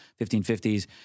1550s